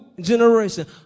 generation